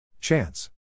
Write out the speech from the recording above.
Chance